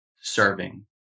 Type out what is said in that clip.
serving